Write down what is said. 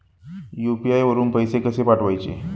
UPI वरून पैसे कसे पाठवायचे?